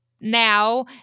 now